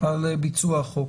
על ביצוע החוק.